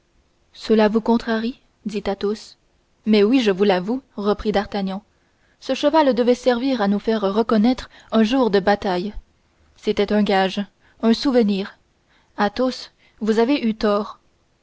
cela vous contrarie dit athos mais oui je vous l'avoue reprit d'artagnan ce cheval devait servir à nous faire reconnaître un jour de bataille c'était un gage un souvenir athos vous avez eu tort